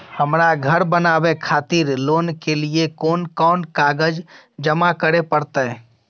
हमरा धर बनावे खातिर लोन के लिए कोन कौन कागज जमा करे परतै?